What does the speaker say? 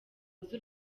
z’u